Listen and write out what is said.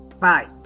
bye